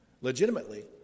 legitimately